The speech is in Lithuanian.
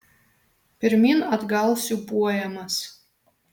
pirmyn atgal siūbuojamas